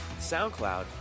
soundcloud